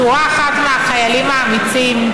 שורה אחת מהחיילים האמיצים,